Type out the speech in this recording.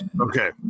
Okay